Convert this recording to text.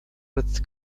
with